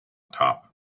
top